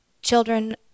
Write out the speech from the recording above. children